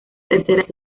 tercera